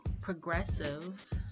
Progressives